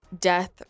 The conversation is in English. Death